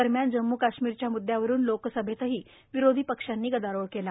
दरम्यान जम्म् काश्मीरच्या मृदयावरून लोकसभेतही विरोधी पक्षांनी गदारोळ केला